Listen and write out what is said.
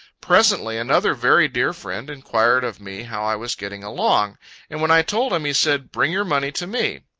presently, another very dear friend enquired of me how i was getting along and when i told him, he said, bring your money to me.